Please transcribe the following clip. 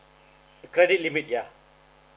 credit limit ya